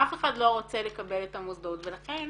אף אחד לא רוצה לקבל את המוסדות, ולכן